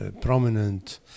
prominent